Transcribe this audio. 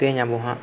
ᱛᱮᱧᱟᱵᱚ ᱦᱟᱜ